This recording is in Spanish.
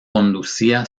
conducía